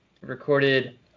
recorded